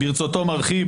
ברצותו מרחיב,